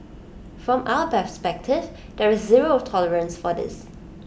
from our perspective there is zero tolerance for this